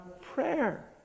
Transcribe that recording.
prayer